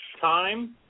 time